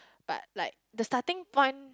but like the starting point